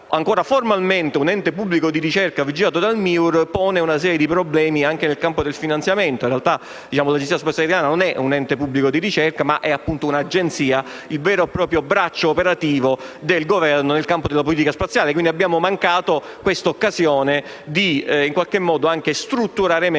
ancora formalmente un ente pubblico di ricerca vigilato dal MIUR pone una serie di problemi anche nel campo dei finanziamenti. In realtà, l'Agenzia spaziale italiana non è un ente pubblico di ricerca, ma un'agenzia, il vero e proprio braccio operativo del Governo nel campo della politica spaziale. Pertanto, abbiamo mancato l'occasione per strutturare meglio